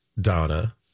Donna